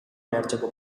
behartzeko